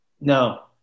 no